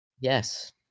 Yes